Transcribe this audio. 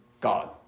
God